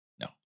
no